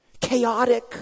chaotic